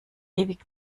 ewig